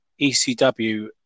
ECW